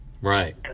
Right